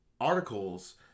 articles